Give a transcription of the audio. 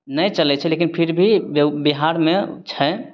नहि चलय छै लेकिन फिर भी बिहारमे छै